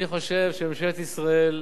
אני חושב שממשלת ישראל,